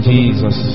Jesus